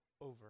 over